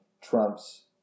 Trump's